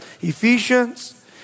Ephesians